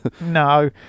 No